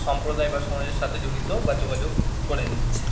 সম্প্রদায় বা সমাজের সাথে জড়িত বা যোগাযোগ করে নিচ্ছে